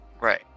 Right